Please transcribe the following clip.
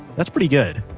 that's pretty good.